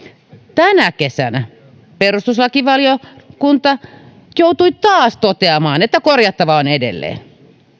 tänä kesänä perustuslakivaliokunta joutui taas toteamaan että korjattavaa on edelleen